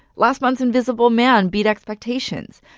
last month's invisible man beat expectations.